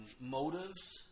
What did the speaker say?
motives